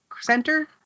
center